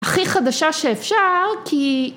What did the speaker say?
הכי חדשה שאפשר, כי...